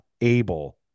able